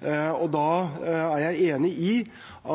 Da er jeg enig i